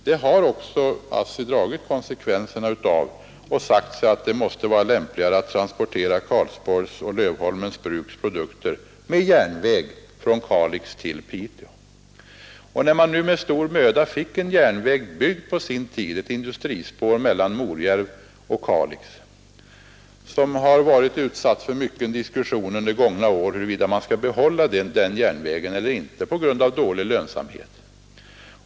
Det har ASSI också dragit konsekvenserna av och sagt, att det måste vara lämpligare att transportera Karlsborgs och Lövholmens bruks produkter med järnväg från Kalix till Piteå. Man fick ju på sin tid med stor möda en järnväg byggd — ett industrispår mellan Morjärv och Kalix — och det har under åren varit mycken diskussion om huruvida man skulle behålla järnvägen eller inte på grund av dålig lönsamhet.